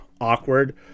awkward